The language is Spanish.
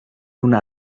una